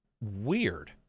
weird